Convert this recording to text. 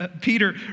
Peter